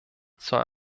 zur